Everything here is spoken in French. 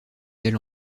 elle